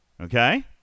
okay